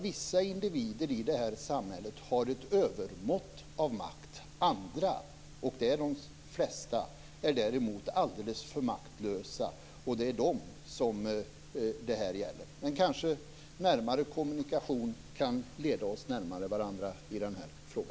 Vissa individer i det här samhället har ett övermått av makt, andra - de flesta - är däremot alldeles för maktlösa. Det är dem detta gäller. Kanske en närmare kommunikation kan leda oss närmare varandra i denna fråga.